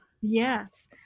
Yes